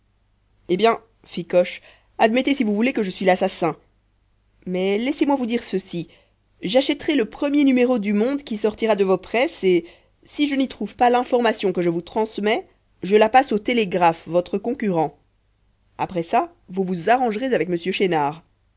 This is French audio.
eh bien fit coche admettez si vous voulez que je suis l'assassin mais laissez-moi vous dire ceci j'achèterai le premier numéro du monde qui sortira de vos presses et si je n'y trouve pas l'information que je vous transmets je la passe au télégraphe votre concurrent après ça vous vous arrangerez avec m chénard